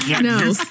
No